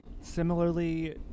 Similarly